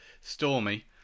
stormy